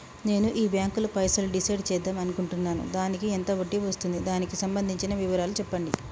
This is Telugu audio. నేను ఈ బ్యాంకులో పైసలు డిసైడ్ చేద్దాం అనుకుంటున్నాను దానికి ఎంత వడ్డీ వస్తుంది దానికి సంబంధించిన వివరాలు చెప్పండి?